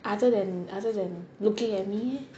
other than other than looking at me eh